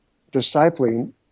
discipling